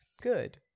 good